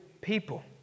people